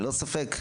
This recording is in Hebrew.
ללא ספק,